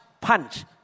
punch